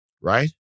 right